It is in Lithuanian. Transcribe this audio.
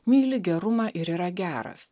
myli gerumą ir yra geras